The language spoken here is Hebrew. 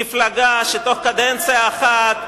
מפלגה שבתוך קדנציה אחת,